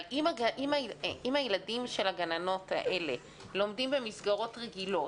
אבל אם הילדים של הגננות האלה לומדים במסגרות רגילות